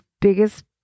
biggest